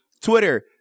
Twitter